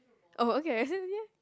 oh okay as in ya